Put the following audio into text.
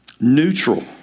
neutral